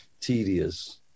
tedious